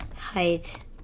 height